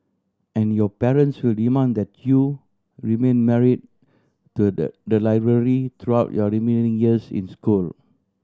and your parents will demand that you remain married to the the library throughout your remaining years in school